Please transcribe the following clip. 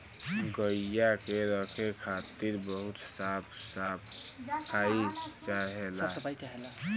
गइया के रखे खातिर बहुत साफ सफाई चाहेला